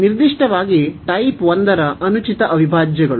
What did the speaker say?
ನಿರ್ದಿಷ್ಟವಾಗಿ ಟೈಪ್ 1 ರ ಅನುಚಿತ ಅವಿಭಾಜ್ಯಗಳು